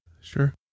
Sure